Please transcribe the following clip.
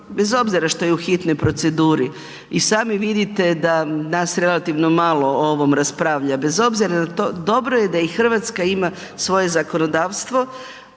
bez obzira što je u hitnoj proceduri. I sami vidite da nas relativno malo o ovom raspravlja, bez obzira na to, dobro je da i Hrvatska ima svoje zakonodavstvo.